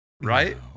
Right